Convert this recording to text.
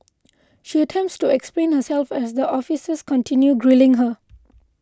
she attempts to explain herself as the officers continue grilling her